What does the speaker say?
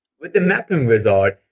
with the mapping wizard,